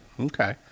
okay